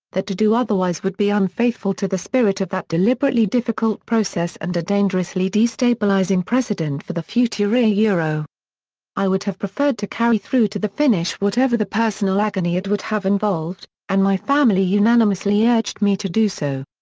that to do otherwise would be unfaithful to the spirit of that deliberately difficult process and a dangerously destabilizing precedent for the future. yeah i would have preferred to carry through to the finish whatever the personal agony it would have involved, and my family unanimously urged me to do so.